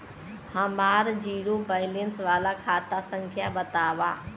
हमार zero balance वाला खाता संख्या वतावा?